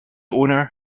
owner